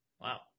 Wow